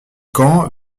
camp